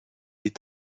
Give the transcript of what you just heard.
est